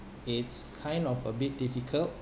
it's kind of a bit difficult